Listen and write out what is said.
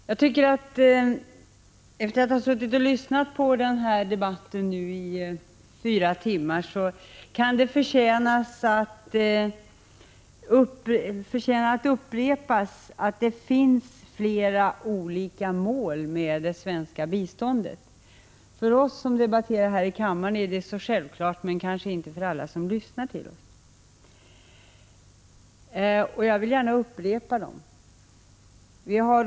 Herr talman! Efter att ha suttit och lyssnat på den här debatten i fyra timmar tycker jag att det kan förtjäna att upprepas att det finns flera olika mål för det svenska biståndet. För oss som debatterar här i kammaren är det självklart, men kanske inte för alla som lyssnar till oss, och jag vill därför 3 gärna upprepa dem.